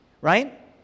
right